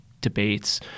debates